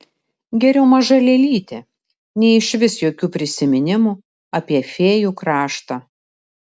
geriau maža lėlytė nei išvis jokių prisiminimų apie fėjų kraštą